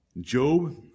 Job